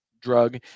drug